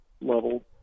level